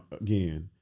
again